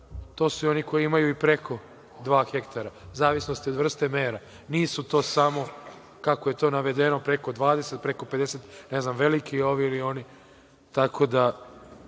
to su oni koji imaju i preko dva hektara, u zavisnosti od vrste mera. Nisu to samo, kako je to navedeno, preko 20, preko 50, ne znam veliki, ovi ili oni. Tako da,